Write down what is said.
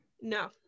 No